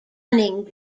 running